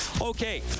Okay